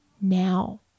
now